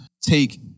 take